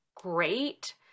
great